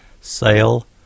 Sail